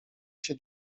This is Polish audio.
się